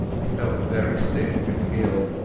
i felt very sick and ill,